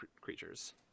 creatures